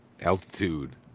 altitude